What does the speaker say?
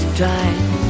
time